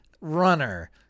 runner